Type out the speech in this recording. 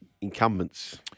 incumbents –